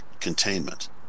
containment